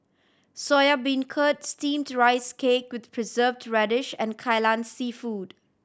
Soya Beancurd Steamed Rice Cake with Preserved Radish and Kai Lan Seafood